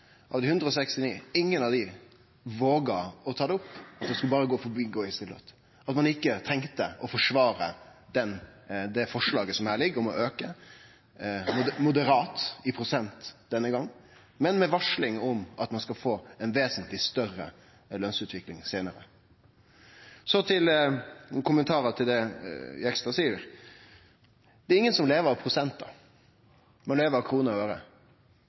av dei 169 folkevalde, vågde å ta det opp, og at ein ikkje trong å forsvare det forslaget som ligg her om ein moderat prosentvis auke av løna, men med eit varsel om at ein skal få ei vesentleg betre lønsutvikling seinare. Nokre kommentarar til det Jegstad sa: Det er ingen som lever av prosentar, ein lever av kroner og øre.